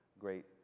great